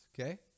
okay